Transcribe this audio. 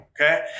okay